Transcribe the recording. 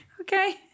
Okay